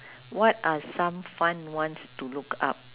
what are some fun ones to look up